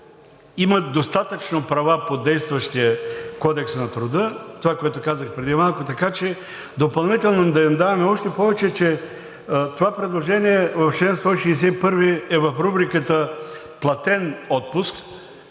имат достатъчно права по действащия Кодекс на труда – това, което казах преди малко, така че допълнително да им даваме, още повече че това предложение в чл. 161 е в рубриката платен отпуск